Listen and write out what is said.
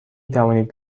توانید